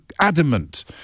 adamant